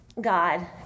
god